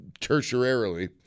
tertiarily